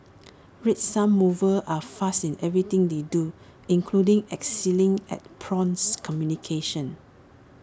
red sun movers are fast in everything they do including excelling at prompt communication